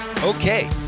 Okay